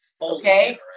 Okay